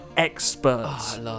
Experts